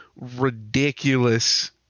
ridiculous